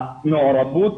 המעורבות